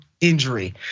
injury